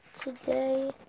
today